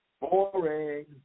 Boring